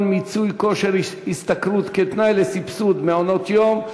מיצוי כושר ההשתכרות כתנאי לסבסוד מעונות-יום.